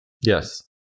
Yes